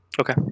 Okay